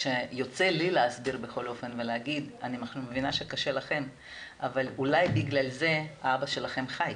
כשיוצא לי להסביר: אני מבינה שקשה לכם אבל אולי בגלל זה אבא שלכם חי.